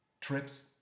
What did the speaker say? trips